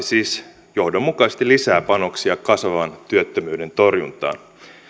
siis johdonmukaisesti lisää panoksia kasvavan työttömyyden torjuntaan